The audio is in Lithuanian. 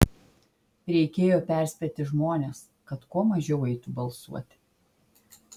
reikėjo perspėti žmones kad kuo mažiau eitų balsuoti